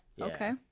okay